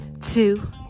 two